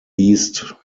east